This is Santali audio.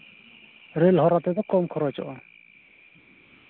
ᱨᱮᱹᱞ ᱦᱚᱨᱟ ᱛᱮᱫᱚ ᱠᱚᱢ ᱠᱷᱚᱨᱚᱪᱚᱜᱼᱟ